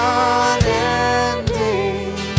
unending